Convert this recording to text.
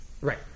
Right